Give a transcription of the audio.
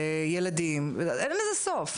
בילדים, אין לזה סוף.